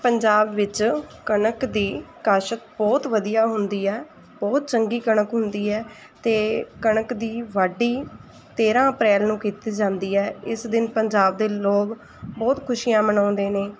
ਪੰਜਾਬ ਵਿੱਚ ਕਣਕ ਦੀ ਕਾਸ਼ਤ ਬਹੁਤ ਵਧੀਆ ਹੁੰਦੀ ਹੈ ਬਹੁਤ ਚੰਗੀ ਕਣਕ ਹੁੰਦੀ ਹੈ ਅਤੇ ਕਣਕ ਦੀ ਵਾਢੀ ਤੇਰ੍ਹਾਂ ਅਪ੍ਰੈਲ ਨੂੰ ਕੀਤੀ ਜਾਂਦੀ ਹੈ ਇਸ ਦਿਨ ਪੰਜਾਬ ਦੇ ਲੋਕ ਬਹੁਤ ਖੁਸ਼ੀਆਂ ਮਨਾਉਂਦੇ ਨੇ